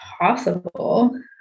possible